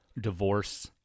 divorce